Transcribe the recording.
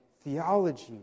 theology